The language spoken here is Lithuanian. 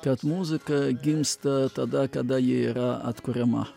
kad muzika gimsta tada kada ji yra atkuriama